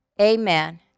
Amen